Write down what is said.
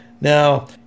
Now